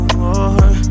more